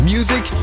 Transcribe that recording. Music